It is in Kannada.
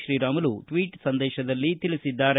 ಶ್ರೀರಾಮುಲು ಟ್ವೀಟ್ ಸಂದೇಶದಲ್ಲಿ ತಿಳಿಸಿದ್ದಾರೆ